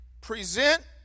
Present